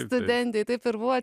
studentei taip ir buvo